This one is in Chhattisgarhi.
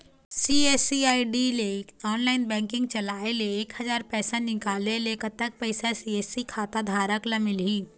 सी.एस.सी आई.डी ले ऑनलाइन बैंकिंग चलाए ले एक हजार पैसा निकाले ले कतक पैसा सी.एस.सी खाता धारक ला मिलही?